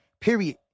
period